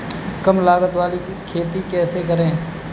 कम लागत वाली खेती कैसे करें?